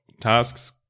tasks